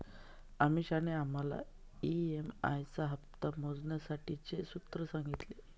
अमीषाने आम्हाला ई.एम.आई चा हप्ता मोजण्यासाठीचे सूत्र सांगितले